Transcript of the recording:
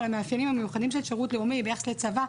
על מאפיינים המיוחדים של שירות לאומי ביחס לצבא,